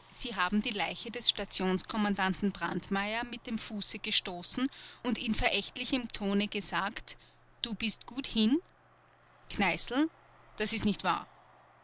sie haben die leiche des stationskommandanten brandmeier mit dem fuße gestoßen und in verächtlichem tone gesagt du bist gut hin kneißl das ist nicht wahr